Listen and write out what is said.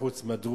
חוץ מהדרוזים,